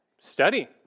study